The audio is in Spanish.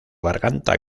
garganta